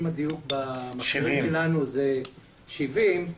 אם הדיוק במכשירים שלנו הוא 70 אחוזים,